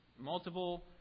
multiple